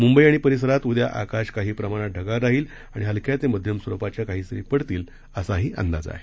म्ंबई आणि परिसरात उद्या आकाश काही प्रमाणात ढगाळ राहन हलक्या ते मध्यम स्वरूपाच्या काही सरी पडतील असाही अंदाज आहे